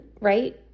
Right